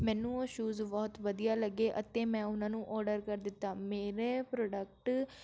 ਮੈਨੂੰ ਉਹ ਸ਼ੂਜ਼ ਬਹੁਤ ਵਧੀਆ ਲੱਗੇ ਅਤੇ ਮੈਂ ਉਹਨਾਂ ਨੂੰ ਔਡਰ ਕਰ ਦਿੱਤਾ ਮੇਰੇ ਪ੍ਰੋਡਕਟ